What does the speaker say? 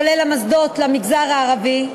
כולל המוסדות למגזר הערבי,